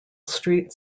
street